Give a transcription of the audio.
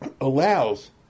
allows